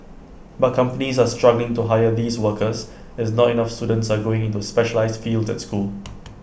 but companies are struggling to hire these workers as not enough students are going into specialised fields at school